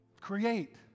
Create